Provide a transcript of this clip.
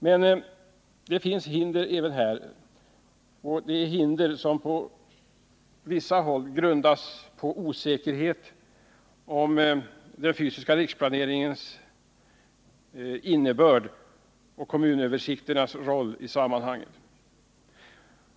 Men det finns hinder även för detta, och de grundas på vissa håll på osäkerhet om den fysiska riksplaneringens innebörd och om kommunöversikternas roll i detta sammanhang.